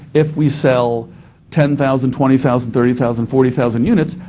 if we sell ten thousand, twenty thousand, thirty thousand, forty thousand units,